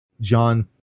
John